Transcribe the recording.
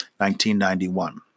1991